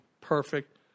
perfect